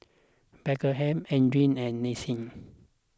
Beckham Adrien and Nancie